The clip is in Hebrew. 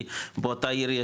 כי באותה עיר,